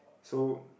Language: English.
so